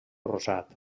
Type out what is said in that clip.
rosat